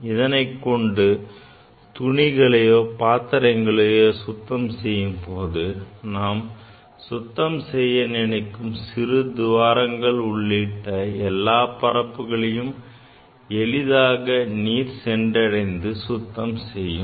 எனவே இதனைக் கொண்டு துணிகளையோ பாத்திரங்களையோ சுத்தம் செய்யும்போது நாம் சுத்தம் செய்ய நினைக்கும் சிறு துவாரங்கள் உள்ளிட்ட எல்லா சிறு பரப்புகளையும் எளிதாக நீர் சென்றடைந்து சுத்தம் செய்யும்